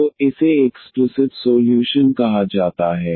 तो इसे explicit solution कहा जाता है